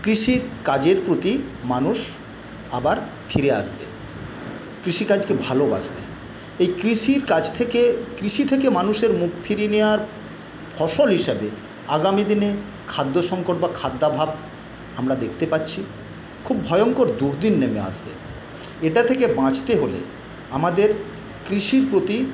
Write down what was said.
কৃষিকাজের প্রতি মানুষ আবার ফিরে আসবে কৃষিকাজকে ভালবাসবে এই কৃষিকাজ থেকে কৃষি থেকে মানুষের মুখ ফিরিয়ে নেওয়ার ফসল হিসাবে আগামী দিনে খাদ্য সংকট বা খাদ্যাভাব আমরা দেখতে পাচ্ছি খুব ভয়ংকর দুর্দিন নেমে আসবে এটা থেকে বাঁচতে হলে আমাদের কৃষির প্রতি